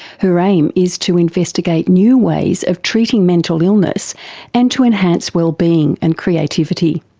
her aim is to investigate new ways of treating mental illness and to enhance well-being and creativity.